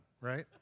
right